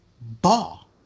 ball